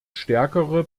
stärkere